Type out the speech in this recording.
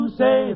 say